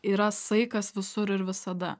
yra saikas visur ir visada